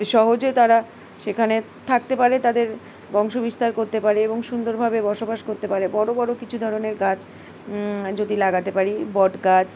সহজে তারা সেখানে থাকতে পারে তাদের বংশ বিস্তার করতে পারে এবং সুন্দরভাবে বসবাস করতে পারে বড় বড় কিছু ধরনের গাছ যদি লাগাতে পারি বট গাছ